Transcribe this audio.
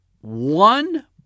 one